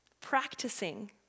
practicing